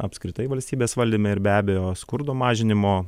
apskritai valstybės valdyme ir be abejo skurdo mažinimo